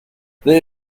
they